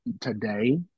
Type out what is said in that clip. today